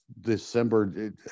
December